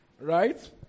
right